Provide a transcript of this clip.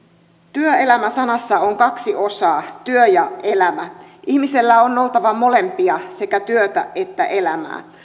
työelämä sanassa on kaksi osaa työ ja elämä ihmisellä on oltava molempia sekä työtä että elämää